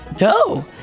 no